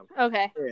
Okay